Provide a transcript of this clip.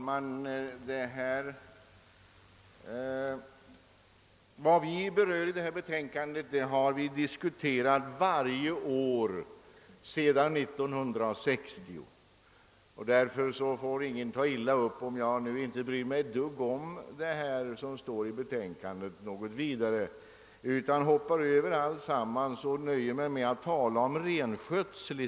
Herr talman! Det som berörs i det här betänkandet har vi diskuterat varje år sedan 1960, och därför får ingen ta illa upp om jag hoppar över allt som står i betänkandet och i stället talar om renskötseln.